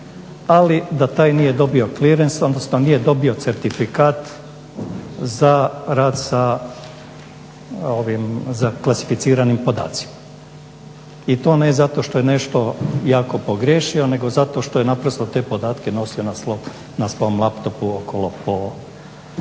odnosno nije dobio certifikat za rad za klasificiranim podacima i to ne zato što je nešto jako pogriješio nego naprosto zato što je te podatke nosio na svom laptopu okolo po svijetu.